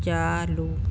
चालू